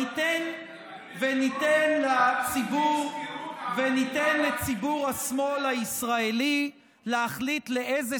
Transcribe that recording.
וניתן לציבור השמאל הישראלי להחליט באיזה